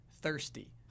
thirsty